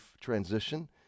transition